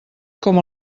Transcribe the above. com